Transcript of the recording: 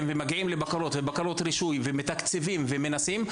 ומגיעים לבקרות ובקרות רישוי ומתקצבים ומנסים,